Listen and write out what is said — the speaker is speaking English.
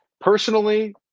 personally